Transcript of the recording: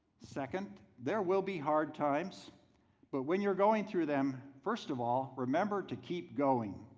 second, there will be hard times but when you're going through them, first of all remember to keep going,